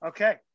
Okay